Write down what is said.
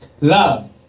Love